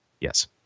Yes